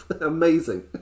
Amazing